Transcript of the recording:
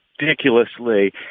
ridiculously